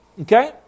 Okay